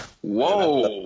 Whoa